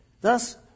Thus